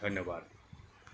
ধন্যবাদ